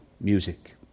music